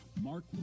mark